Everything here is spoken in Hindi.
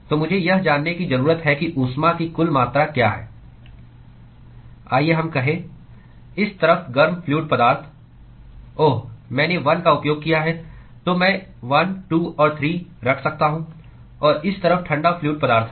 तो मुझे यह जानने की जरूरत है कि ऊष्मा की कुल मात्रा क्या है आइए हम कहें इस तरफ गर्म फ्लूअड पदार्थ ओह मैंने 1 का उपयोग किया है तो मैं 1 2 और 3 रख सकता हूं और इस तरफ ठंडा फ्लूअड पदार्थ है